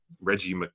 Reggie